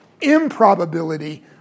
improbability